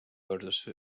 pöördus